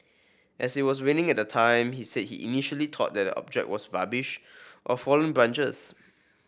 as it was raining at the time he said he initially thought that the object was rubbish or fallen branches